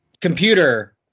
computer